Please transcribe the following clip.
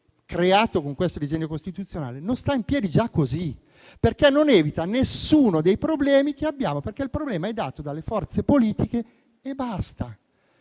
creato con questo disegno di legge costituzionale non sta in piedi già così, perché non evita nessuno dei problemi che abbiamo, perché il problema è dato dalle forze politiche e basta.